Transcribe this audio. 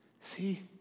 See